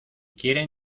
quieren